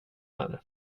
här